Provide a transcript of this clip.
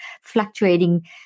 fluctuating